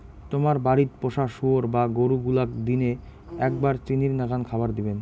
তোমার বাড়িত পোষা শুয়োর বা গরু গুলাক দিনে এ্যাকবার চিনির নাকান খাবার দিবেন